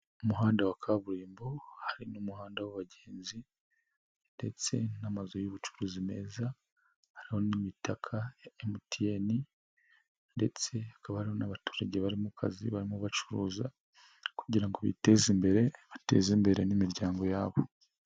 Umuhanda wa kaburimbo hari n'umuhanda w'abagenzi ndetse n'amazu y'ubucuruzi meza, hariho n'imitaka ya MTN ndetse hakaba hari n'abaturage bari mu kazi barimo bacuruza kugira ngo biteze imbere, bateze imbere n'imiryango yabo.